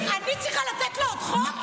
תגיד לי, אני צריכה לתת לו עוד חוק?